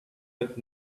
but